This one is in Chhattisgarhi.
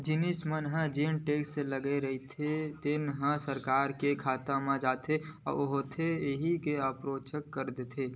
जिनिस मन म जेन टेक्स लगे रहिथे तेन ह सरकार के खाता म जता होथे इहीं ह अप्रत्यक्छ कर होथे